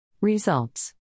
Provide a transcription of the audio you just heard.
Results